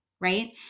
right